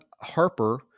Harper